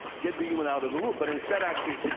get the human out of the loop. but instead actually,